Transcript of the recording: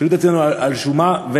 שואלים את עצמנו: על שום מה ולמה?